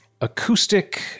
acoustic